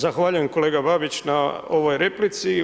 Zahvaljujem kolega Babić na ovoj replici.